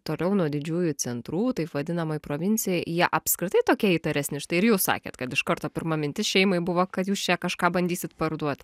toliau nuo didžiųjų centrų taip vadinamoj provincijoj jie apskritai tokie įtaresni štai ir jūs sakėt kad iš karto pirma mintis šeimai buvo kad jūs čia kažką bandysit parduot